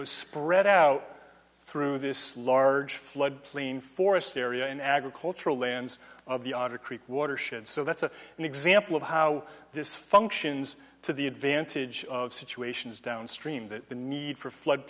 was spread out through this large floodplain forest area and agricultural lands of the aga creek watershed so that's an example of how this functions to the advantage of situations downstream that the need for flood